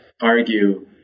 argue